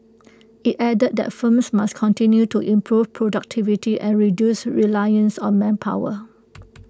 IT added that firms must continue to improve productivity and reduce reliance on manpower